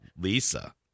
Lisa